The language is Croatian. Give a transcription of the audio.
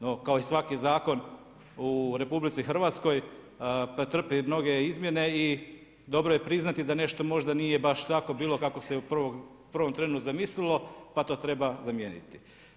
No, kao i svaki zakon u RH, pretrpi mnoge izmjene i dobro priznati da nešto možda nije baš tako bilo kako se u prvom trenu zamislilo, pa to treba zamijeniti.